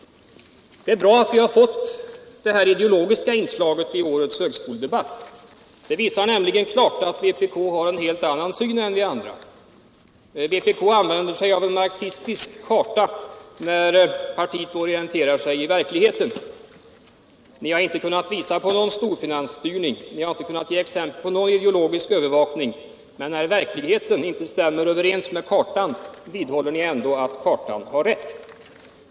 Det är bra att vi har fått de här ideologiska inslagen i årets högskoledebatt. Det visar nämligen klart att vpk har en helt annan syn än vi andra. Vpk använder sig av en marxistisk karta när partiet orienterar sig i verkligheten. Ni har inte kunnat visa på någon storfinansstyrning. Ni har inte kunnat ge exempel på någon ideologisk övervakning. Men när verkligheten inte stämmer överens med kartan, vidhåller ni ändå att kartan har rätt.